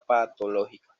patológica